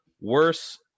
worse